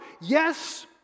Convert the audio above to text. Yes